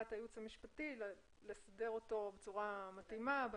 את הייעוץ המשפטי לסדר אותו בצורה מתאימה,